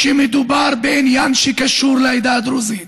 כשמדובר בעניין שקשור לעדה הדרוזית,